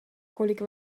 kolik